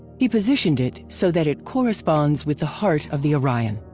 he positioned it so that it corresponds with the heart of the orion,